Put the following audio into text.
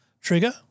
Trigger